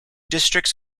districts